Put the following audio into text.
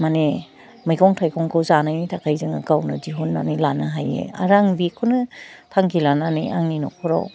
मानि मैगं थाइगंखौ जानायनि थाखाय जोहो गावनो दिहुननानै लानो हायो आरो आं बेखौनो थांखि लानानै आंनि नख'राव